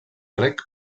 reg